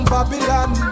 Babylon